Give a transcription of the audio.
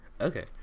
Okay